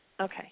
Okay